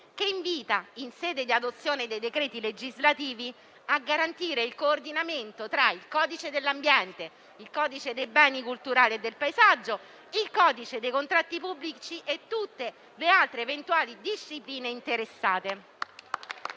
che invita, in sede di adozione dei decreti legislativi, a garantire il coordinamento tra il codice dell'ambiente, il codice dei beni culturali e del paesaggio, il codice dei contratti pubblici e tutte le altre eventuali discipline interessate.